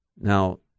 now